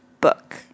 book